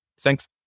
Thanks